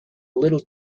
little